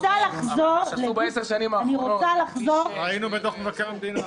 אבל עשו ב-10 השנים האחרונות כביש --- ראינו בדוח מבקר המדינה.